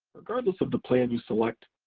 regardless of the plan you select,